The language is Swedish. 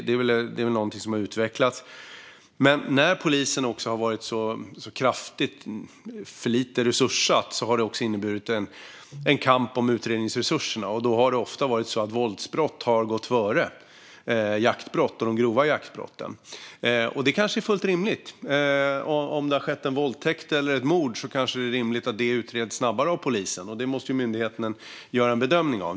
Det är någonting som har utvecklats. Men när polisen i så hög grad har varit för lite resurssatt har det inneburit en kamp om utredningsresurserna, och då har det ofta varit så att våldsbrott har gått före jaktbrott och grova jaktbrott. Och det kanske är fullt rimligt; om det har skett en våldtäkt eller ett mord kanske det är rimligt att det utreds snabbare av polisen. Det måste myndigheten göra en bedömning av.